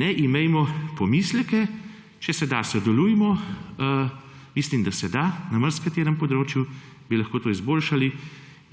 ne imejmo pomislekov, če se da, sodelujmo, mislim, da na marsikaterem področju bi lahko to izboljšali